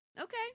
okay